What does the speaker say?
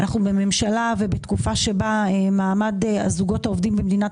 אנחנו בממשלה ובתקופה שבה מעמד הזוגות העובדים במדינת